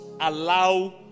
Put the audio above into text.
allow